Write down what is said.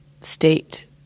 state